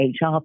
HR